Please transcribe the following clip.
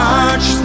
March